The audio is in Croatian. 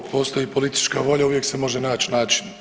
Ako postoji politička volja uvijek se može naći način.